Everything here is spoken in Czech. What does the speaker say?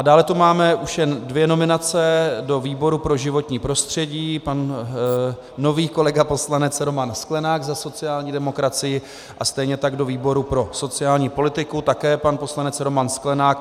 Dále tu máme už jen dvě nominace do výboru pro životní prostředí nový kolega, poslanec Roman Sklenák za sociální demokracii, a stejně tak do výboru pro sociální politiku také pan poslanec Roman Sklenák.